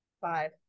Five